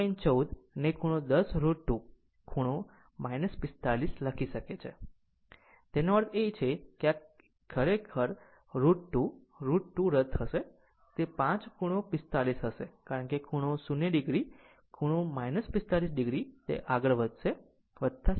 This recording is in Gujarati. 14 ને 10 √ 2 ખૂણો 45 o લખી શકે છે તેનો અર્થ એ કે આ એક ખરેખર √ 2 √ 2 રદ થશે તે 5 ખૂણો 45 o હશે કારણ કે ખૂણો 0 o ખૂણો 45 o તે આગળ વધશે sin